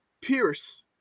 Pierce